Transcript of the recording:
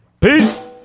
Peace